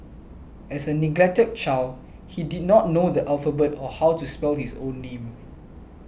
as a neglected child he did not know the alphabet or how to spell his own name